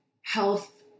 health